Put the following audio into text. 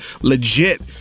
legit